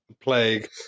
Plague